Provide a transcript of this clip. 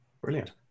brilliant